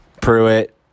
Pruitt